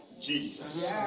Jesus